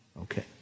Okay